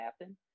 happen